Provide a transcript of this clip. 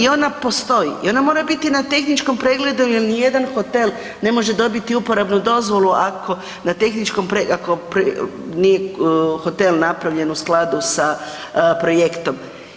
I ona postoji i ona mora biti na tehničkim pregledu jer ni jedan hotel ne može dobiti uporabnu dozvolu ako na tehničkom, ako hotel nije napravljen u skladu sa projektom.